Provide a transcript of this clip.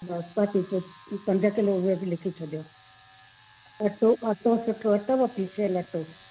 बासमती पंज किलो उहे बि लिखी छॾियो अटो अटो सुठो अथव पीसियल अटो